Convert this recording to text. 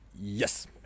Yes